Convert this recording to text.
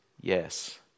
yes